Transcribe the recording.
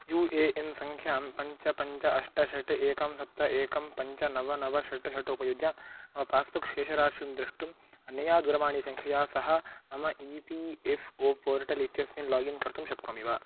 you A N सङ्ख्यां पञ्च पञ्च अष्ट षट् एकं सप्त एकं पञ्च नव नव षट् षट् उपयुज्य मम पास्बुक् शेषराशिं द्रष्टुम् अन्यया दूरवाणीसङ्ख्याया सह मम E P F O portal इत्यस्मिन् लोगिन् कर्तुं शक्नोमि वा